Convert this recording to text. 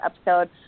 episode